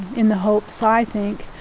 in the hopes, i think,